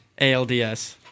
ALDS